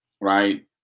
right